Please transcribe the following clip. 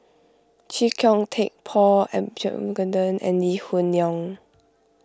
Chee Kong Tet Paul Abisheganaden and Lee Hoon Leong